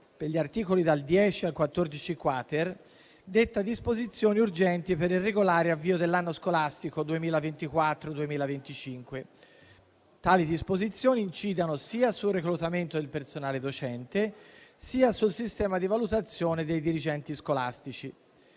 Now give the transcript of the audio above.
III, articoli dal 10 al 14-*quater*, detta disposizioni urgenti per il regolare avvio dell'anno scolastico 2024-2025. Tali disposizioni incidono sia sul reclutamento del personale docente, sia sul sistema di valutazione dei dirigenti scolastici.